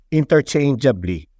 interchangeably